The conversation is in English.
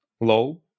low